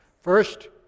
First